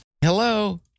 Hello